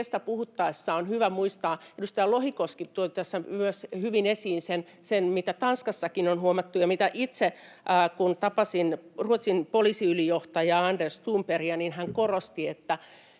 tiestä puhuttaessa on hyvä muistaa se, minkä edustaja Lohikoski toi tässä myös hyvin esiin, mitä Tanskassakin on huomattu — ja kun itse tapasin Ruotsin poliisiylijohtaja Anders Thornbergia, niin hän korosti